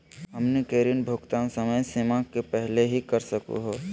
हमनी के ऋण भुगतान समय सीमा के पहलही कर सकू हो?